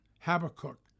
Habakkuk